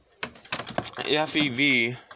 FEV